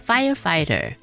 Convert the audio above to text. Firefighter